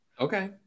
okay